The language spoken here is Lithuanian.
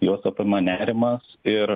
juos apima nerimas ir